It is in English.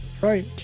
Right